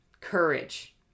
Courage